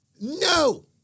No